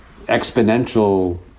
exponential